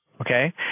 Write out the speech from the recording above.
Okay